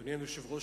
אדוני היושב-ראש,